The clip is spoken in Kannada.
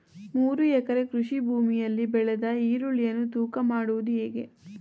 ಮೂರು ಎಕರೆ ಕೃಷಿ ಭೂಮಿಯಲ್ಲಿ ಬೆಳೆದ ಈರುಳ್ಳಿಯನ್ನು ತೂಕ ಮಾಡುವುದು ಹೇಗೆ?